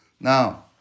Now